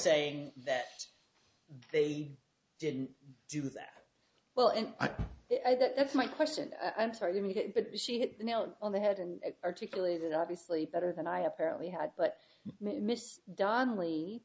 saying that they didn't do that well and that's my question i'm sorry you need it but she hit the nail on the head and articulated obviously better than i apparently had but mr donnell